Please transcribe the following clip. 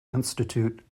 institute